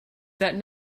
that